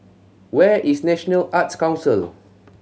where is National Arts Council